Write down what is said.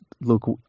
Look